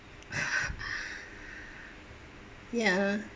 ya